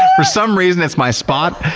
for some reason it's my spot,